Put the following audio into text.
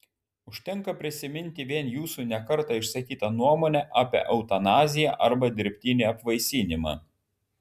užtenka prisiminti vien jūsų ne kartą išsakytą nuomonę apie eutanaziją arba dirbtinį apvaisinimą